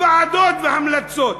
ועדות והמלצות.